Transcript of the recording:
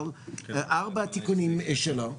על ארבעת התיקונים שבו.